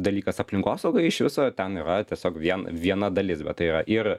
dalykas aplinkosauga iš viso ten yra tiesiog vien viena dalis bet tai yra ir